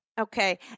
Okay